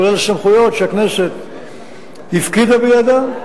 כולל סמכויות שהכנסת הפקידה בידה,